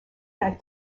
that